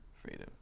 freedom